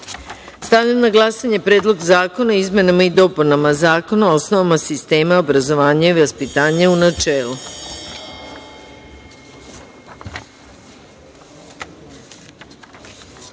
glasao. Stavljam na glasanje Predlog zakona o izmenama i dopunama Zakona o osnovama sistema obrazovanja i vaspitanja, u